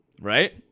Right